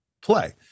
play